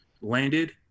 landed